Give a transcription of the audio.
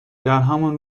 درهمان